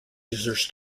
users